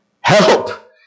Help